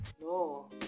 No